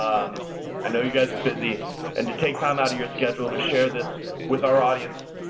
i know you guys are busy and to take time out of your schedule to share this with our audience,